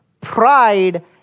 pride